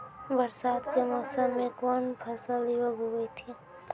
बरसात के मौसम मे कौन फसल योग्य हुई थी?